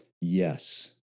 Yes